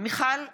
מיכל וולדיגר,